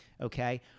okay